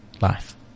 life